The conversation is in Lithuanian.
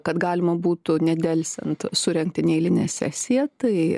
kad galima būtų nedelsiant surengti neeilinę sesiją tai